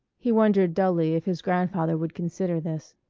he wondered dully if his grandfather would consider this.